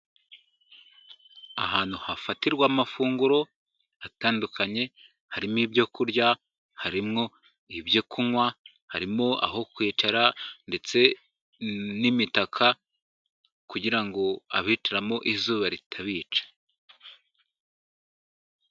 Ahantu hafatirwa amafunguro atandukanye, harimo: ibyoku kurya, harimo ibyo kunywa, harimo aho kwicara ndetse n'imitaka kugira abicaramo izuba ritabica.